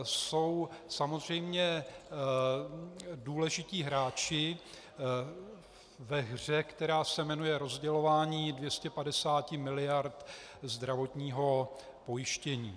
Jsou samozřejmě důležití hráči ve hře, která se jmenuje rozdělování 250 mld. zdravotního pojištění.